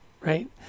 right